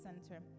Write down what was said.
center